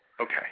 Okay